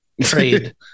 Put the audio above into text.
trade